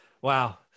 wow